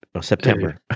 September